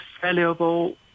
valuable